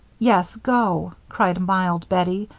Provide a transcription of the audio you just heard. yes, go, cried mild bettie,